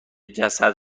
جسد